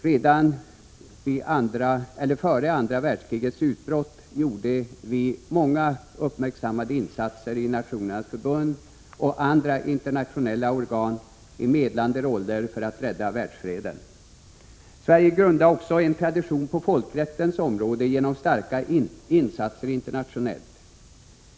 Redan före andra världskrigets utbrott gjorde vi många uppmärksammade insatser i Nationernas förbund och andra internationella organ i medlande roller för att rädda världsfreden. Sverige grundlade också en tradition på folkrättens område genom starka insatser internationellt.